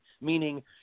meaning